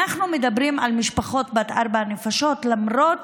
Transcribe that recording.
ואנחנו מדברים על משפחות בנות ארבע נפשות למרות